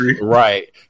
Right